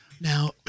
Now